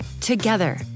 Together